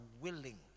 willing